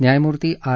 न्यायमुर्ती आर